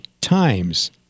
times